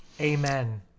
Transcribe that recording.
amen